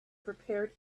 prepared